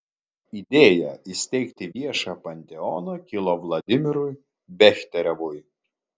idėja įsteigti viešą panteoną kilo vladimirui bechterevui